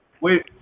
Wait